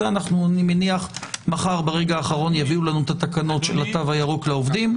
זה אני מניח מחר ברגע האחרון יביאו לנו את התקנות של התו הירוק לעובדים.